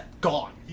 gone